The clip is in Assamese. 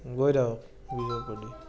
গৈ থাকক ব্ৰিজৰ ওপৰেদি